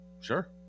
Sure